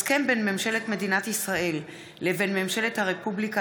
הסכם בין ממשלת מדינת ישראל לבין ממשלת הרפובליקה